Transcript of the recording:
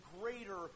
greater